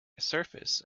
surface